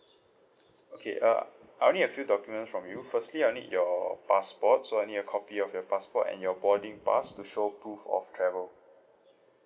okay uh I'll need have few documents from you firstly I'll need your passport so I need a copy of your passport and your boarding pass to show proof of travel